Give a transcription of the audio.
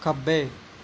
ਖੱਬੇ